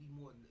more